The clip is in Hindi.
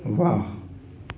वाह